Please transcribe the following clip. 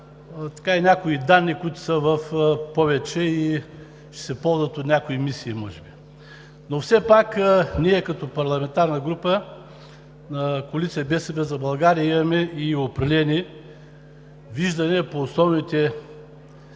има някои данни, които са в повече и ще се ползват от някои мисии, може би. Но все пак като парламентарна група – Коалиция „БСП за България“, ние имаме и определени виждания по основните раздели,